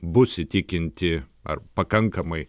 bus įtikinti ar pakankamai